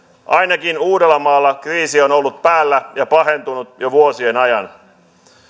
ainakin uudellamaalla kriisi on ollut päällä ja pahentunut jo vuosien ajan